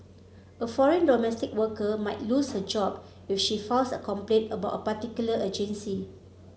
a foreign domestic worker might lose her job if she files a complaint about a particular agency